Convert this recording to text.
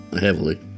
heavily